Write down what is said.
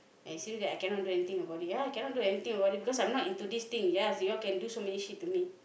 I assume that I cannot do anything about it ya I cannot do anything about it because I'm not into this thing ya you all can do so many shit to me